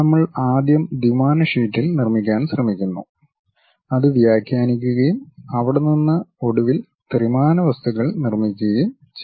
നമ്മൾ ആദ്യം ദ്വിമാന ഷീറ്റിൽ നിർമ്മിക്കാൻ ശ്രമിക്കുന്നു അത് വ്യാഖ്യാനിക്കുകയും അവിടെ നിന്ന് ഒടുവിൽ ആ ത്രിമാന വസ്തുക്കൾ നിർമ്മിക്കുകയും ചെയ്യുന്നു